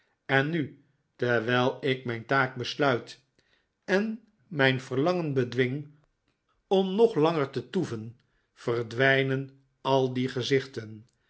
en david copperfield mijn verlangen bedwing om nog langer te toeven verdwijnen al die gezichten